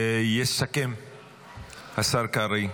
יסכם השר קרעי,